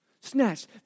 Snatched